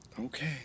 Okay